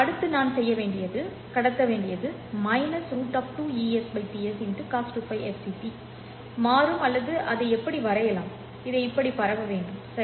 அடுத்து நான் கடத்த வேண்டியது √ 2Es T s¿ ¿Cos 2Πfct மாறும் அல்லது அதை எப்படி வரையலாம் இது இப்படி பரவ வேண்டும் சரி